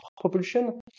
propulsion